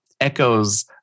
echoes